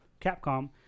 Capcom